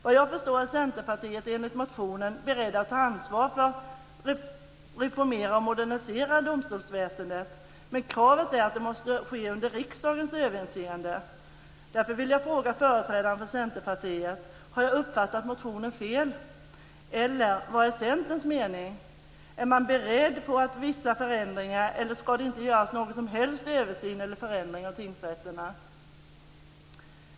Enligt motionen är Centerpartiet berett att ta ansvar för att reformera och modernisera domstolsväsendet, men kravet är att det måste ske under riksdagens överinseende. Därför vill jag fråga företrädaren för Centerpartiet: Har jag uppfattat motionen fel? Eller vad är Centerns mening? Är man beredd på vissa förändringar, eller ska det inte göras någon som helst översyn eller förändring av tingsrätterna?